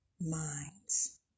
minds